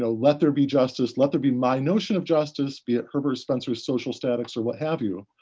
so let there be justice. let there be my notion of justice. be it herbert spencer's social status, or what have you,